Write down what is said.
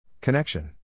Connection